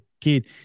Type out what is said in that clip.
kid